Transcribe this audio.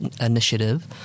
initiative